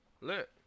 Look